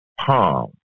palm